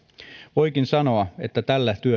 voikin sanoa että tällä työmaalla